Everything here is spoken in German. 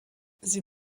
sie